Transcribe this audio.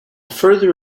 further